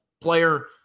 player